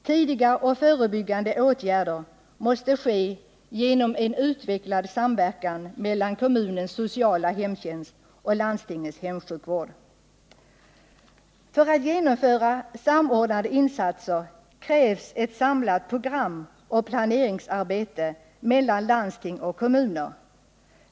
Tidiga och förebyggande åtgärder måste ske genom en utvecklad samverkan mellan kommunens sociala hemtjänst och landstingets hemsjukvård. För att genomföra samordnade insatser krävs ett samlat programoch planeringsarbete mellan landsting och kommuner.